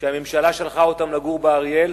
שהממשלה שלחה אותם לגור באריאל